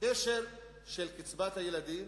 הקשר של קצבת הילדים